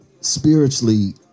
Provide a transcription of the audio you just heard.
spiritually